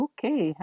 Okay